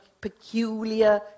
peculiar